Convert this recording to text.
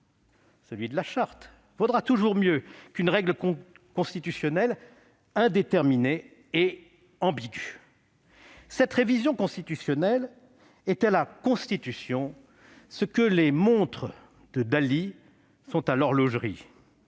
celui de la Charte, vaudra toujours mieux qu'une règle constitutionnelle indéterminée et ambiguë. Cette révision constitutionnelle est à la Constitution ce que les montres de Dali sont à l'horlogerie.